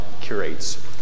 curates